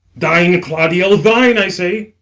thine, claudio thine, i say.